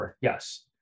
Yes